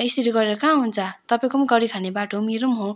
यसरी गरेर कहाँ हुन्छ तपाईँको पनि गरिखाने बाटो हो मेरो पनि हो